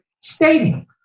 Stadium